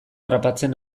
harrapatzen